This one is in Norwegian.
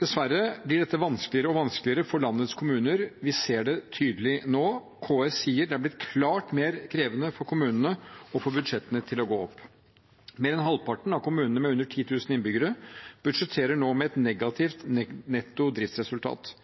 Dessverre blir dette vanskeligere og vanskeligere for landets kommuner. Vi ser det tydelig nå. KS sier det er blitt klart mer krevende for kommunene å få budsjettene til å gå opp. Mer enn halvparten av kommunene med under 10 000 innbyggere budsjetterer nå med et negativt netto driftsresultat.